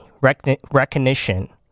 recognition